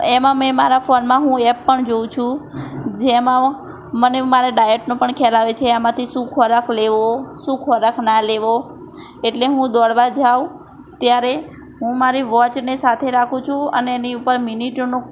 એમાં મેં મારા ફોનમાં હું એપ પણ જોઉં છું જેમાં મને મારા ડાયટનો પણ ખ્યાલ આવે છે આમાંથી શું ખોરાક લેવો શું ખોરાક ના લેવો એટલે હું દોડવા જાઉં ત્યારે હું મારી વૉચને સાથે રાખું છું અને એની ઉપર મિનિટનું